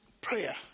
Prayer